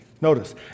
Notice